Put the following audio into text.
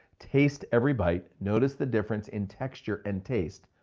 taste every bite. notice the difference in texture and taste,